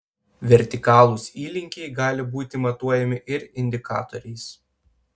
vertikalūs įlinkiai gali būti matuojami ir indikatoriais